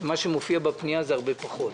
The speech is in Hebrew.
מה שמופיע בפנייה זה הרבה פחות.